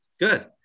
good